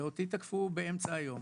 ואותי תקפו באמצע היום,